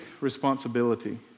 responsibility